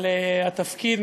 על התפקיד,